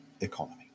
economy